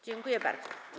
Dziękuję bardzo.